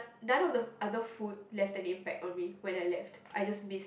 none of the other food left an impact on me when I left I just miss